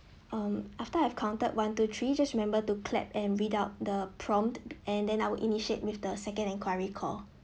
um after I've counted one two three just remember to clap and without the prompt and then I'll initiate with the second inquiry call